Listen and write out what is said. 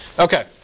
Okay